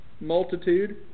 multitude